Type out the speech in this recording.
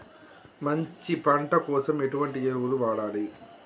మంచి పంట కోసం ఎటువంటి ఎరువులు వాడాలి?